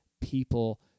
people